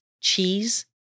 cheese